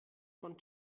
von